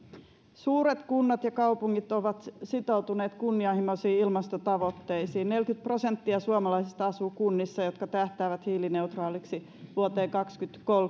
suuret kunnat ja kaupungit ovat sitoutuneet kunnianhimoisiin ilmastotavoitteisiin neljäkymmentä prosenttia suomalaisista asuu kunnissa jotka tähtäävät hiilineutraaliksi vuoteen kaksituhattakolmekymmentä